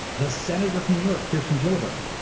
the senator from new york, kirsten gillibrand,